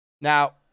Now